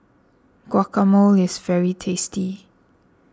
Guacamole is very tasty